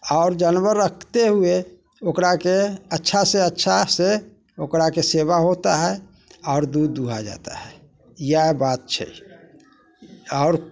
आओर जानवर रखते हुए ओकराके अच्छासँ अच्छासँ ओकराके सेवा होता हय आओर दूध दुहा जाता है इएह बात छै आओर